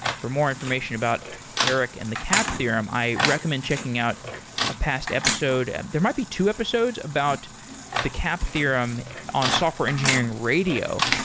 for more information about eric and the cap theorem, i recommend checking out a past episode. there might be two episodes about the cap theorem on software engineering radio,